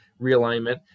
realignment